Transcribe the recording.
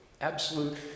absolute